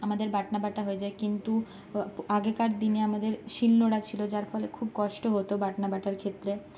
আমাদের বাটনা বাটা হয়ে যায় কিন্তু আগেকার দিনে আমাদের শিলনোড়া ছিল যার ফলে খুব কষ্ট হতো বাটনা বাটার ক্ষেত্রে